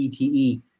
ETE